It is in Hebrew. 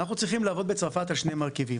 אנחנו צריכים לעבוד בצרפת על שני מרכיבים.